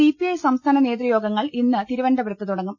CPI സംസ്ഥാന നേതൃയോഗങ്ങൾ ഇന്ന് തിരുവനന്തപുരത്ത് തുടങ്ങും